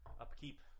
upkeep